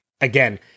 again